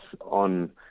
on